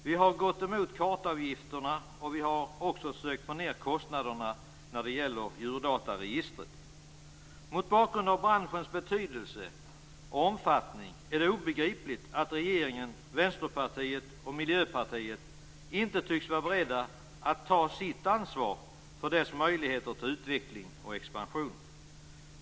Vi har gått emot kartavgifterna, och vi har också sökt få ned kostnaderna när det gäller djurdataregistret. Mot bakgrund av branschens betydelse och omfattning är det obegripligt att regeringen, Vänsterpartiet och Miljöpartiet inte tycks vara beredda att ta sitt ansvar för dess möjlighet till utveckling och expansion.